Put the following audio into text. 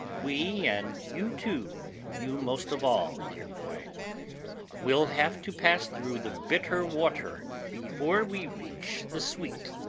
we and you too you most of all dear boy will have to pass through the bitter water before we reach the sweet.